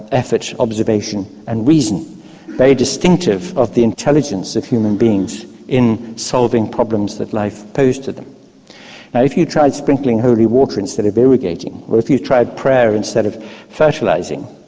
effort, observation and reason very distinctive of the intelligence of human beings in solving problems that life posed to them. now if you tried sprinkling holy water instead of irrigating, or if you tried prayer instead of fertilising,